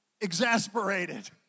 Exasperated